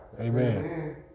Amen